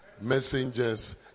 messengers